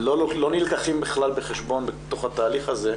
לא נלקחים בכלל בחשבון בתוך התהליך הזה.